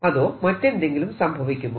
അതോ മറ്റെന്തെങ്കിലും സംഭവിക്കുമോ